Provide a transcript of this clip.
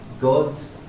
God's